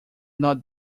not